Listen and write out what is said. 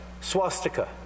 swastika